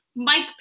Mike